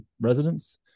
residents